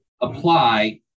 apply